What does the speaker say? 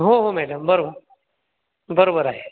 हो हो मॅडम बरं बरोबर आहे